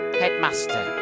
headmaster